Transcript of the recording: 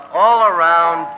all-around